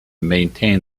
maintain